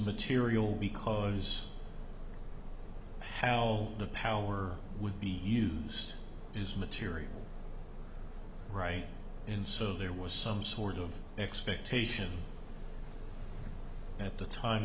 material because how the power would be used is material right in so there was some sort of expectation at the time